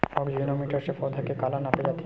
आकजेनो मीटर से पौधा के काला नापे जाथे?